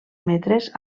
metres